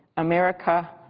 america,